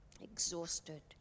exhausted